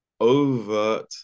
overt